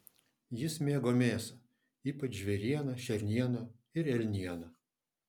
jis mėgo mėsą ypač žvėrieną šernieną ir elnieną